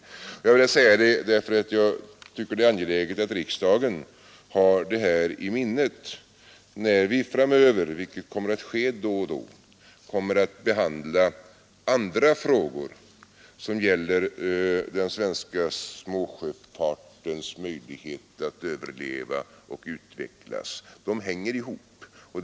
Jag har velat säga detta därför att jag tycker det är angeläget att riksdagen har det i minnet när vi framöver, vilket kommer att ske då och då, skall behandla andra frågor som gäller den svenska småsjöfartens möjlighet att överleva och utvecklas. Dessa frågor hänger ihop.